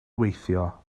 weithio